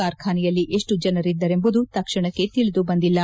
ಕಾರ್ಖಾನೆಯಲ್ಲಿ ಎಷ್ಟು ಜನರಿದ್ದರೆಂಬುದು ತಕ್ಷಣಕ್ಕೆ ತಿಳಿದುಬಂದಿಲ್ಲ